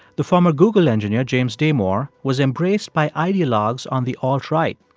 the former google engineer james damore was embraced by ideologues on the alt-right,